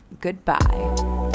goodbye